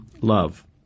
love